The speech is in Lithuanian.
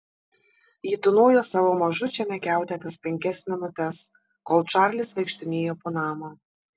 ji tūnojo savo mažučiame kiaute tas penkias minutes kol čarlis vaikštinėjo po namą